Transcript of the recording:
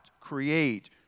create